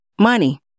Money